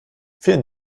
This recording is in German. vielen